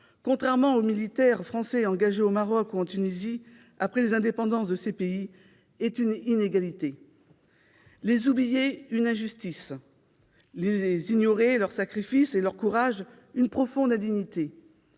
contrairement aux militaires français engagés au Maroc ou en Tunisie après les indépendances de ces pays, est une inégalité. Les oublier est une injustice, ignorer leur sacrifice et leur courage, une profonde indignité.